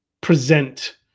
present